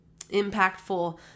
impactful